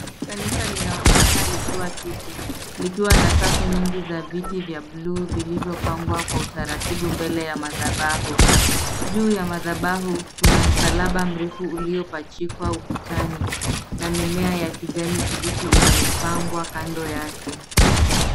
Kanisa linaonekana likiwa tupu, likiwa na safu nyingi za viti vya bluu vilivopangwa kwa utaratibu mbele ya madhabahu. Juu ya madhabahu kuna msalaba mrefu uliopachikwa ukutani na mimea ya kijani kibichi imepangwa kando yake.